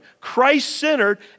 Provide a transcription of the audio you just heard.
Christ-centered